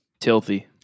Tilthy